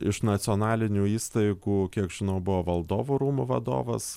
iš nacionalinių įstaigų kiek žinau buvo valdovų rūmų vadovas